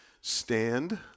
stand